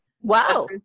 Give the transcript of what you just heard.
Wow